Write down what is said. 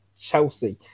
Chelsea